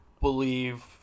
believe